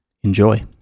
Enjoy